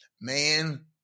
man-